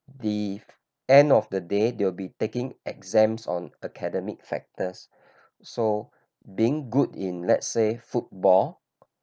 the end of the day they'll be taking exams on academic factors so being good in let's say football